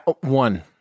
One